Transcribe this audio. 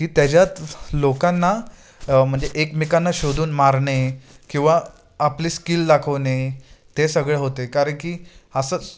की त्याच्यात लोकांना म्हणजे एकमेकांना शोधून मारणे किंवा आपली स्किल दाखवणे ते सगळे होते कारण की असं